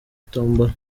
tombola